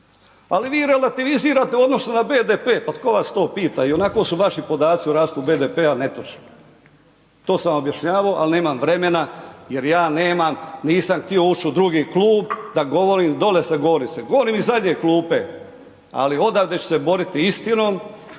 ali vi relativizirate u odnosu na BDP, pa tko vas to pita ionako su vaši podaci o rastu BDP-a netočni, to sam vam objašnjavao, al nemam vremena jer ja nemam, nisam htio uć u drugi klub da govorim, dole se govori se, govorim iz zadnje klupe, ali odavde ću se boriti istinom